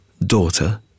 daughter